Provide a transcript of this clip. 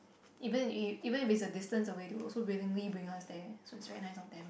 even if even if it's a distance away they will also willingly bring us there so it's very nice of them